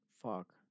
Fuck